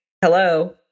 hello